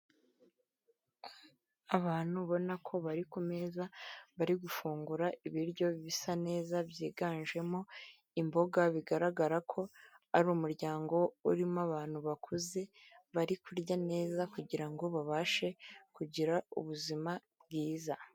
Abantu ubona ko bari ku meza bari gufungura ibiryo bisa neza byiganjemo imboga, bigaragara ko ari umuryango urimo abantu bakuze bari kurya neza, kugirango babashe kugira ubuzima bwiza.